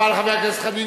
תודה רבה לחבר הכנסת חנין.